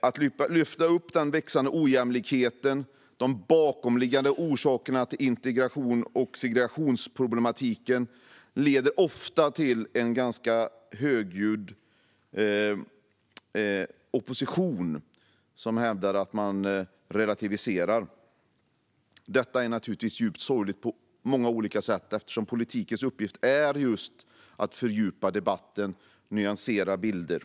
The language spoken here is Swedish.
Att lyfta upp den växande ojämlikheten, de bakomliggande orsakerna till integrations och segregationsproblemen, leder ofta till en högljudd opposition som hävdar att man relativiserar. Detta är naturligtvis djupt sorgligt på många olika sätt eftersom politikens uppgift är just att fördjupa debatten och nyansera bilder.